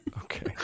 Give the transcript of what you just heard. Okay